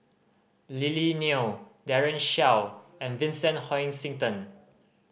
Lily Neo Daren Shiau and Vincent Hoisington